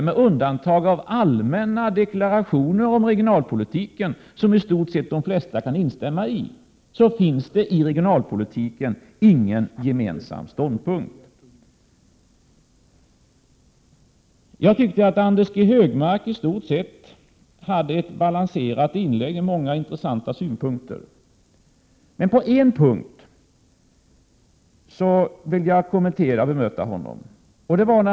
Med undantag av allmänna deklarationer om regionalpolitiken, som i stort sett de flesta skulle kunna instämma i, finns i regionalpolitiken ingen gemensam ståndpunkt för de borgerliga. Jag tyckte att Anders G Högmark i stort sett gjorde ett balanserat inlägg med många intressanta synpunkter. Men på en punkt vill jag kommentera och bemöta honom.